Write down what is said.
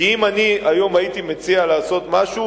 כי אם הייתי מציע היום לעשות משהו,